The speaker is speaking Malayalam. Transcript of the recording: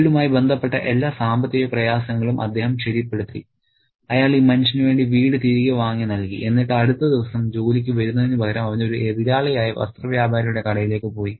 വീടുമായി ബന്ധപ്പെട്ട എല്ലാ സാമ്പത്തിക പ്രയാസങ്ങളും അദ്ദേഹം ശരിപ്പെടുത്തി അയാൾ ഈ മനുഷ്യനുവേണ്ടി വീട് തിരികെ വാങ്ങി നൽകി എന്നിട്ട് അടുത്ത ദിവസം ജോലിക്ക് വരുന്നതിനുപകരം അവൻ ഒരു എതിരാളിയായ വസ്ത്ര വ്യാപാരിയുടെ കടയിലേക്ക് പോയി